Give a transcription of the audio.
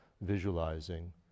visualizing